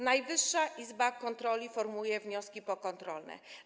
Najwyższa Izba Kontroli formułuje wnioski pokontrolne.